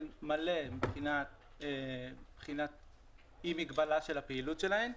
מלא מבחינת אי מגבלה של הפעילות שלהן,